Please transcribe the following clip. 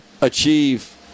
achieve